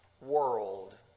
world